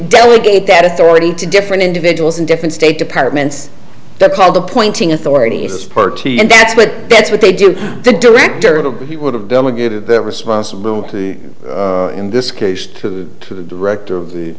delegate that authority to different individuals in different state departments that called appointing authority as party and that's what that's what they do the director of he would have delegated that responsibility in this case to the director of the